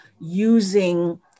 using